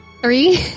three